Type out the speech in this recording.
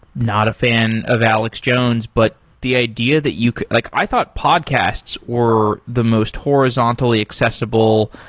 not a fan of alex jones, but the idea that you like i thought podcasts were the most horizontally accessible,